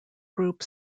group